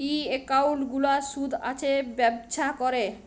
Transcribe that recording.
ই account গুলার সুদ আসে ব্যবছা ক্যরে